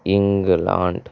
England